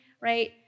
right